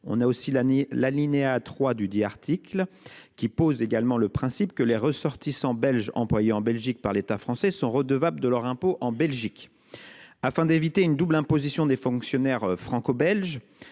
on a aussi l'année l'alinéa 3 du dit article qui pose également le principe que les ressortissants belges employé en Belgique par l'État français sont redevables de leur impôt en Belgique. Afin d'éviter une double imposition des fonctionnaires. Franco-belge.